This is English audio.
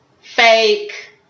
fake